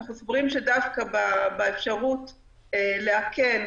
אנחנו סוברים שדווקא באפשרות לאכן